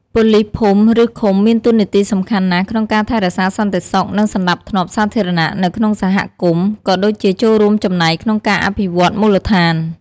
ប៉ូលីសភូមិ ឬ ឃុំ មានតួនាទីសំខាន់ណាស់ក្នុងការថែរក្សាសន្តិសុខ និងសណ្តាប់ធ្នាប់សាធារណៈនៅក្នុងសហគមន៍ ក៏ដូចជាចូលរួមចំណែកក្នុងការអភិវឌ្ឍន៍មូលដ្ឋាន។